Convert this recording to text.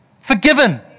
forgiven